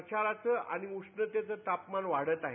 प्रचाराचं आणि उष्णतेचं तापमान वाढत आहे